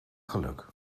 geluk